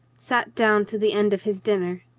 sat down to the end of his dinner.